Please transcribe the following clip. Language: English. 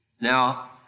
Now